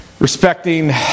respecting